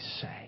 say